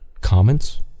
comments